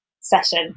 session